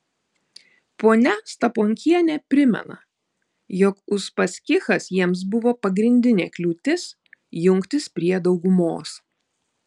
ponia staponkienė primena jog uspaskichas jiems buvo pagrindinė kliūtis jungtis prie daugumos